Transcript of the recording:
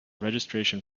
registration